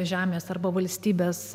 žemės arba valstybės